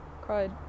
cried